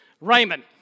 Raymond